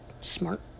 smart